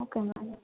okay madam